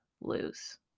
lose